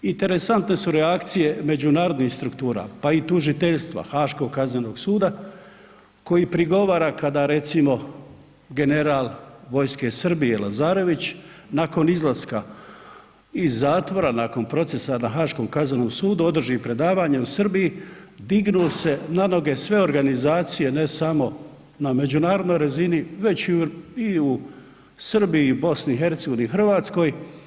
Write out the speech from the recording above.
Interesantne su reakcije međunarodnih struktura, pa i Tužiteljstva Haškog kaznenog suda koji prigovara kada recimo general vojske Srbije Lazarević nakon izlaska iz zatvora nakon procesa na Haškom kaznenom sudu održi predavanje u Srbiji dignu se na noge sve organizacije ne samo na međunarodnoj razini, već i u Srbiji, u Bosni i Hercegovini, Hrvatskoj.